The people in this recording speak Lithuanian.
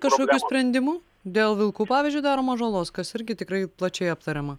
kažkokių sprendimų dėl vilkų pavyzdžiui daromos žalos kas irgi tikrai plačiai aptariama